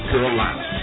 Carolina